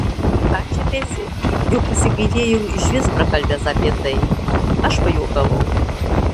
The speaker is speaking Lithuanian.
ką čia pezi jau pasigailėjau išvis prakalbęs apie tai aš pajuokavau